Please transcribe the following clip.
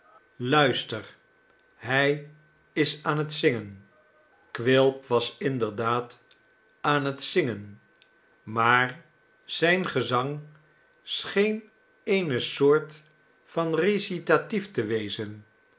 luister hij is aan het zingen quilp was inderdaad aan het zingen maar zijn gezang scheen eene soort van recitatief te wezen